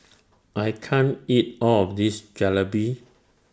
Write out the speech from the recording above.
I can't eat All of This Jalebi